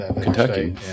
Kentucky